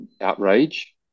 outrage